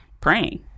praying